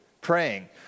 praying